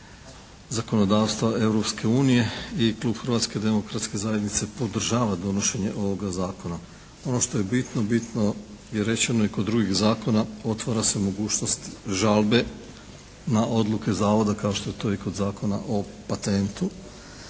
zakonodavstva Europske unije i klub Hrvatske demokratske zajednice podržava donošenje ovoga zakona. Ono što je bitno, bitno je rečeno i kod drugih zakona. Otvara se mogućnost žalbe na odluke zavoda kao što je to i kod Zakona o patentu.